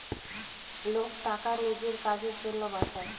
লোক টাকা নিজের কাজের জন্য বাঁচায়